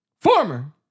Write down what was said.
former